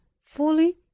fully